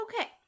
Okay